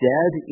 Dead